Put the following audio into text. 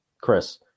chris